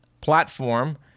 platform